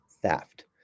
theft